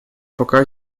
пока